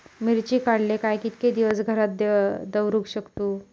मिर्ची काडले काय कीतके दिवस घरात दवरुक शकतू?